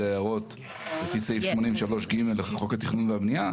היערות על פי סעיף 83(ג) לחוק התכנון והבנייה,